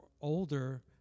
older